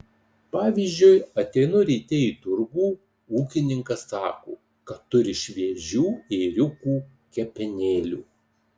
pavyzdžiui ateinu ryte į turgų ūkininkas sako kad turi šviežių ėriukų kepenėlių